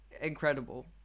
incredible